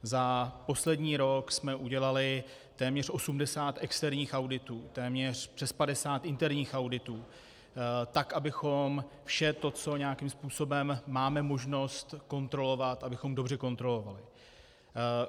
Za poslední rok jsme udělali téměř 80 externích auditů, přes 50 interních auditů tak, abychom vše to, co nějakým způsobem máme možnost kontrolovat, abychom dobře kontrolovali.